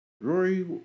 Rory